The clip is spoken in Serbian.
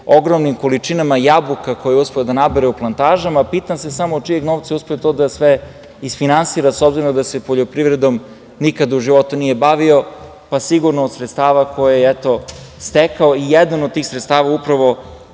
ogromnim količinama jabuka koje je uspeo da nabere u plantažama, a pitam se samo od čijeg novca je uspeo to da sve isfinansira, s obzirom da se poljoprivredom nikad u životu nije bavio? Pa, sigurno od sredstava koje je eto stekao. Jedno od tih sredstava upravo